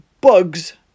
bugs